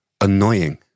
annoying